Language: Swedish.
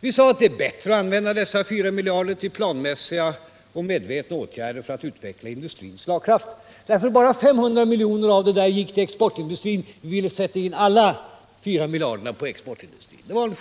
Vi sade att det var bättre att använda de 4 miljarderna till planmässiga och medvetna åtgärder för att utveckla industrins slagkraft. Bara 500 miljoner av detta gick ju till exportindustrin. Vi ville sätta in alla de 4 miljarderna på exportindustrin.